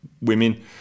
women